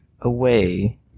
away